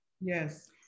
Yes